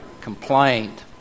Complained